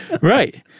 right